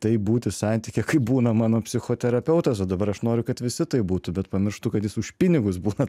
taip būti santykyje kaip būna mano psichoterapeutas o dabar aš noriu kad visi taip būtų bet pamirštu kad jis už pinigus būna